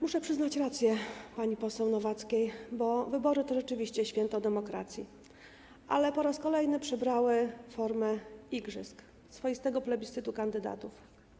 Muszę przyznać rację pani poseł Nowackiej, bo wybory to rzeczywiście święto demokracji, ale po raz kolejny przybrały formę igrzysk, swoistego plebiscytu kandydatów.